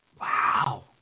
Wow